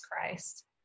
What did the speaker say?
Christ